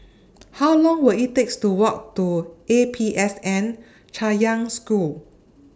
How Long Will IT takes to Walk to A P S N Chaoyang School